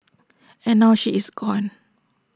and now she is gone